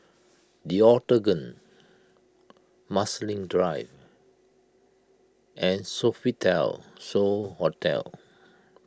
the Octagon Marsiling Drive and Sofitel So Hotel